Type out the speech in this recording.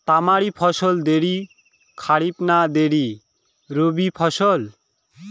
তামারি ফসল দেরী খরিফ না দেরী রবি ফসল?